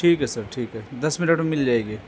ٹھیک ہے سر ٹھیک ہے دس منٹ میں مل جائے گی